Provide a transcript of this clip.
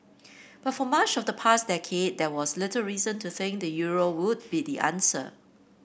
but for much of the past decade there was little reason to think the euro would be the answer